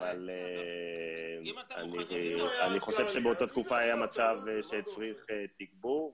אבל אני חושב שבאותה תקופה היה מצב שהצריך תגבור,